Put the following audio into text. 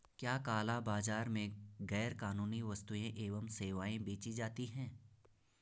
क्या काला बाजार में गैर कानूनी वस्तुएँ एवं सेवाएं बेची जाती हैं?